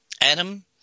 Adam